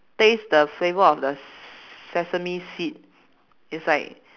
taste the flavor of the s~ sesame seed is like